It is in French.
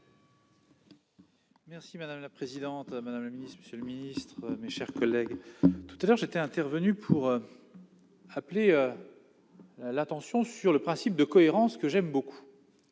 Merci madame la présidente, madame le ministre, monsieur le ministre, mes chers collègues, tout à l'heure j'étais intervenu pour appeler l'attention sur le principe de cohérence que j'aime beaucoup